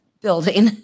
building